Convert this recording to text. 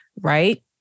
Right